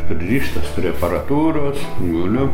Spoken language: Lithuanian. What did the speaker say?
pririštas prie aparatūros guliu